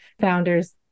founders